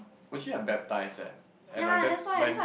would she have baptise eh and by bap~ by